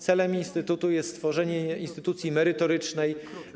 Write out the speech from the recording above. Celem instytutu jest stworzenie instytucji merytorycznej.